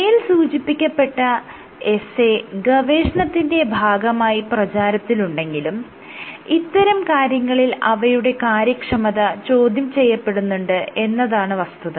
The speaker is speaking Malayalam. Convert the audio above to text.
മേൽ സൂചിപ്പിക്കപ്പെട്ട എസ്സേ ഗവേഷണത്തിന്റെ ഭാഗമായി പ്രചാരത്തിലുണ്ടെങ്കിലും ഇത്തരം കാര്യങ്ങളിൽ അവയുടെ കാര്യക്ഷമത ചോദ്യം ചെയ്യപ്പെടുന്നുണ്ട് എന്നതാണ് വസ്തുത